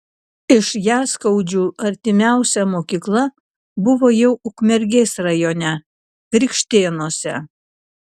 iš jaskaudžių artimiausia mokykla buvo jau ukmergės rajone krikštėnuose